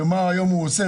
ומה הוא היום עושה,